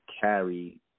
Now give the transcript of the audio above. carry